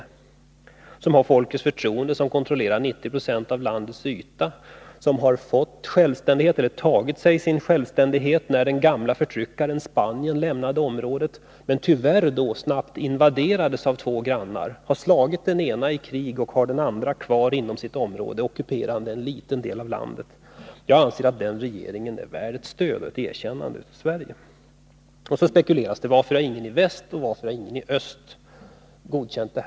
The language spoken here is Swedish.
Denna befrielserörelse, som har folkets förtroende, kontrollerar 90 26 av ytan i ett land som fick, nej, skaffade sig självständighet när den gamla förtryckaren Spanien lämnade området. Tyvärr invaderades då landet snabbt av två grannar. Den ena har man slagit i krig, medan den andra finns kvar, ockuperande en liten del av landet. Jag anser att denna regering är värd stöd och ett erkännande av Sverige. Det spekuleras också om varför ingen i väst eller i öst har erkänt Demokratiska sahariska arabrepubliken.